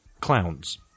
clowns